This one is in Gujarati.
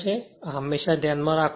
તેથી આ હમેશા ધ્યાન માં રાખો